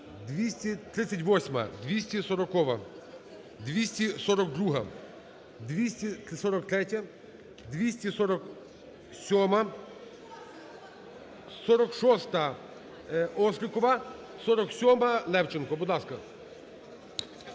238-а. 240-а. 242-а. 243-я. 247-а. 46-а, Острікова. 47-а, Левченко,